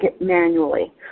manually